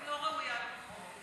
אני לא ראויה למחמאות.